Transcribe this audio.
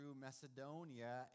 Macedonia